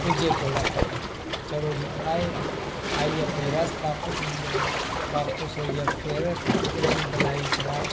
पुज्जे कोल्लै अस कटरै चलो जी आए आइयै फिर अस बापस उठी आए बापस होइयै फिर इक दिन सलाह